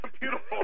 Beautiful